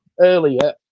earlier